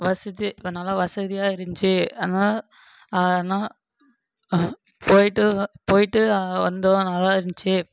வசதி இப்போ நல்லா வசதியாக இருந்துச்சு அதனால ஆனால் போயிட்டு போயிட்டு வந்தோம் நல்லா இருந்துச்சு